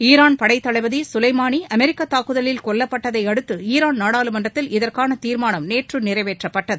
Iran படைத்தளபதி கவைமானி அமெரிக்க தாக்குதலில் கொல்லப்பட்டதை அடுத்து ஈரான் நாடாளுமன்றத்தில் இதற்கான தீர்மானம் நேற்று நிறைவேற்றப்பட்டது